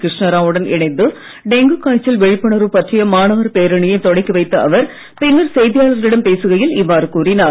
கிருஷ்ணாரா வுடன் இணைந்து டெங்கு காய்ச்சல் விழிப்புணர்வு பற்றிய மாணவர் பேரணியைத் தொடக்கி வைத்த அவர் பின்னர் செய்தியாளர்களிடம் பேசுகையில் இவ்வாறு கூறினார்